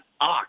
ox